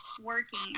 working